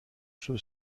suo